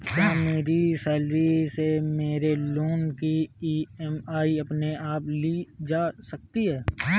क्या मेरी सैलरी से मेरे लोंन की ई.एम.आई अपने आप ली जा सकती है?